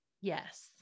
Yes